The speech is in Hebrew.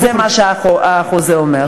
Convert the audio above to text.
זה מה שהחוזה אומר.